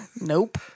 Nope